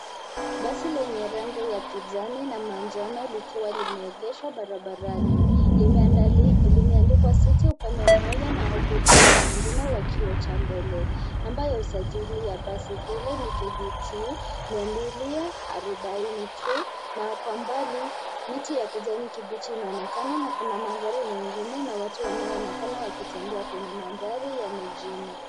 Basi lenye rangi ya kijani na manjano likiwa limeegeshwa barabarani limeandikwa city upande mmoja na upo pande mwingine wa kioo cha mbele. Namba ya usajili ya basi hilo ni KBG 240 Q na kwa mbali miti ya kijani kibichi inaonekana na kuna magari mengine na watu wanaonekana wakitembea kwenye mandhari ya mijini.